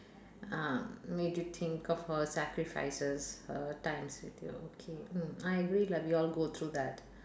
um made you think of her sacrifices her times with you okay mm I agree lah we all go through that